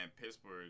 Pittsburgh